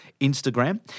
Instagram